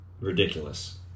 ridiculous